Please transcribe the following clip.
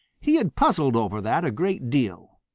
he had puzzled over that a great deal.